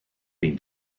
been